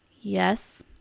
Yes